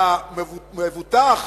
והמבוטח